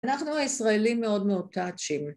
אנחנו הישראלים מאוד מאוד טאצ'ים.